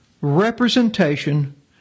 representation